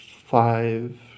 five